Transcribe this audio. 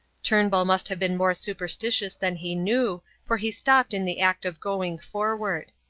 turnbull must have been more superstitious than he knew, for he stopped in the act of going forward.